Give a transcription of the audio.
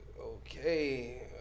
Okay